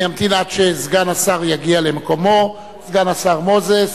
אני אמתין עד שסגן השר יגיע למקומו, סגן השר מוזס,